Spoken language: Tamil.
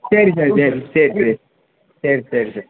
சரி சார் சரி சரி சரி சரி சரி சார்